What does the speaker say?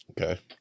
Okay